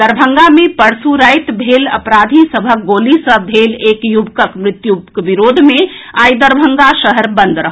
दरभंगा मे परसू राति भेल अपराधी सभक गोली सऽ भेल एक युवकक मृत्युक विरोध मे आइ दरभंगा शहर बंद रहल